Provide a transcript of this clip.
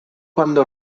cuando